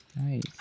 Nice